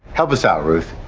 help us out ruth,